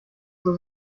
zur